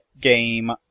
game